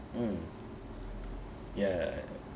mm ya